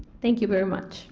thank you very much